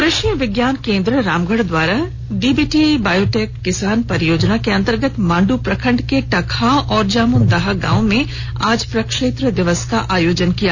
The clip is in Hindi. कृषि विज्ञान केन्द्र रामगढ़ के द्वारा डीबीटी बायोटेक किसान परियोजना के अंतर्गत मांडू प्रखण्ड के टकहा और जामुनदाहा गाँव में आज प्रक्षेत्र दिवस का आयोजन किया गया